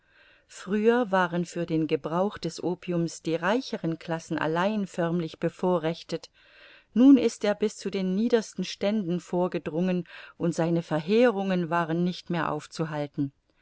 früher waren für den gebrauch des opiums die reicheren classen allein förmlich bevorrechtet nun ist er bis zu den niedersten ständen vorgedrungen und seine verheerungen waren nicht mehr aufzuhalten